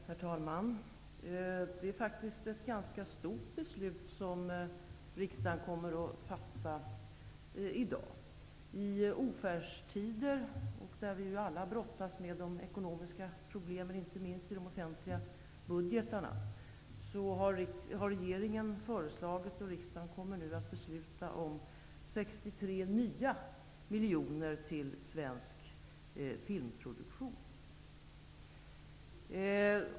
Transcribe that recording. Herr talman! Det är faktiskt ett ganska stort beslut som riksdagen kommer att fatta i dag. I ofärdstider, där alla brottas med ekonomiska problem inte minst i de offentliga budgetarna, har regeringen föreslagit, och riksdagen skall fatta beslut om, 63 nya miljoner kronor till svensk filmproduktion.